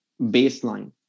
baseline